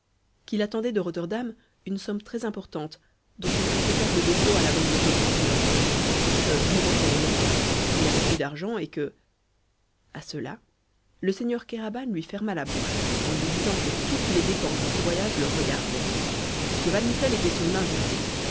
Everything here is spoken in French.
qu'il attendait de rotterdam une somme très importante dont il comptait faire le dépôt à la banque de constantinople que momentanément il n'avait plus d'argent et que a cela le seigneur kéraban lui ferma la bouche en lui disant que toutes les dépenses de ce voyage le regardaient que van mitten était son invité